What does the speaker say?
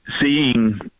seeing